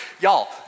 Y'all